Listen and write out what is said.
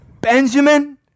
Benjamin